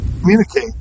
communicate